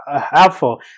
helpful